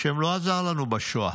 השם לא עזר לנו בשואה.